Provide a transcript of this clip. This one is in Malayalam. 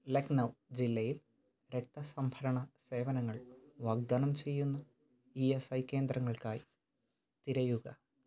ലഖ്നൗ ജില്ലയിൽ രക്ത സംഭരണം സേവനങ്ങൾ വാഗ്ദാനം ചെയ്യുന്ന ഇ എസ് ഐ കേന്ദ്രങ്ങൾക്കായി തിരയുക